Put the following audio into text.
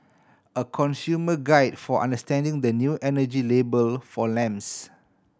a consumer guide for understanding the new energy label for lamps